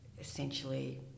essentially